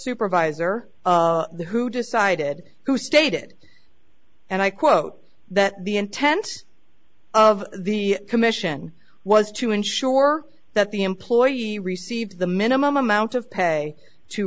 supervisor who decided who stated and i quote that the intent of the commission was to ensure that the employee receive the minimum amount of pay t